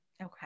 Okay